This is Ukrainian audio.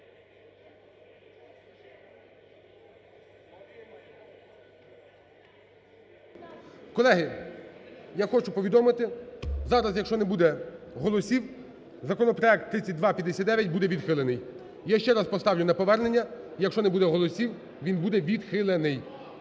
Колеги, я хочу повідомити: зараз, якщо не буде голосів, законопроект 3259 буде відхилений. Я ще раз поставлю на повернення, якщо не буде голосів, він буде відхилений.